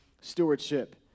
stewardship